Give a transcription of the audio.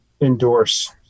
endorse